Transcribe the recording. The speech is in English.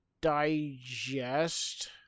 digest